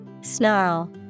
Snarl